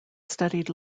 studied